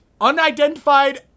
unidentified